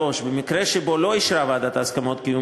במקרה שבו לא אישרה ועדת ההסכמות קיום